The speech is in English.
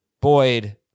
Boyd